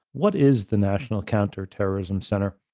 what is the national counterterrorism center?